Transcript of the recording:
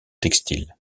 textile